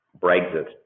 Brexit